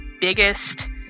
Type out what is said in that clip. biggest